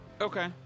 Okay